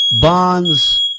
bonds